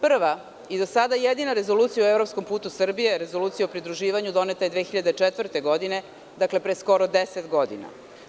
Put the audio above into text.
Prva i do sada jedina rezolucija o evropskom putu Srbije, Rezolucija o pridruživanju doneta je 2004. godine, skoro pre 10 godina.